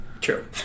true